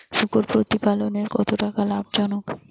শূকর প্রতিপালনের কতটা লাভজনক?